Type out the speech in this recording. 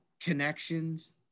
connections